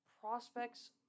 Prospects